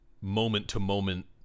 moment-to-moment